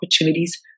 opportunities